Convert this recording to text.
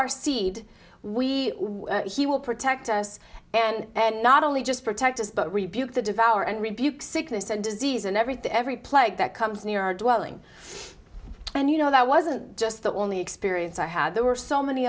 our seed we he will protect us and not only just protect us but rebuke to devour and rebuke sickness and disease and everything every plague that comes near our dwelling and you know that wasn't just the only experience i had there were so many